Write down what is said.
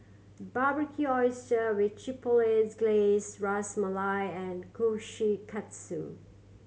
Barbecued Oyster with Chipotle Glaze Ras Malai and Kushikatsu